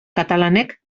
katalanek